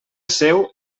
seu